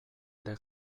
ere